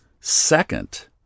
Second